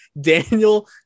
Daniel